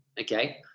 okay